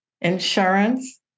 insurance